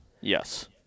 Yes